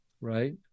Right